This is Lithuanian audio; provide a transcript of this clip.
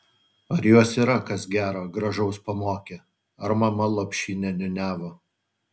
ar juos yra kas gero gražaus pamokę ar mama lopšinę niūniavo